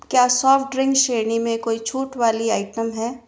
क्या soft drink श्रेणी में कोई छूट वाली आइटम है